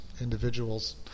individuals